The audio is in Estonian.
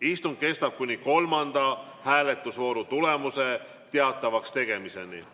Istung kestab kuni kolmanda hääletusvooru tulemuse teatavakstegemiseni.